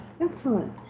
excellent